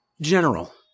General